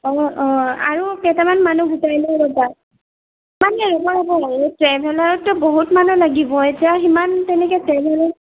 অঁ অঁ আৰু কেইটামান মানুহ গোটাই লওঁ ৰ'বা মানে ৰ'ব ৰ'ব আৰু ট্ৰেভেলাৰততো বহুত মানুহ লাগিব এতিয়া সিমান তেনেকৈ ট্ৰেভেলাৰ